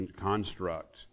construct